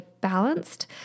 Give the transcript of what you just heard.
balanced